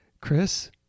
Chris